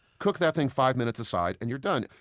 cook that thing five minutes a side and you're done.